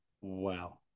Wow